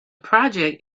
project